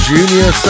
Junior